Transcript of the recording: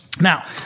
Now